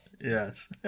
Yes